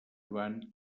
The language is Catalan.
joan